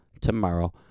tomorrow